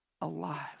alive